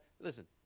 Listen